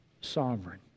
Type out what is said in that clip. sovereign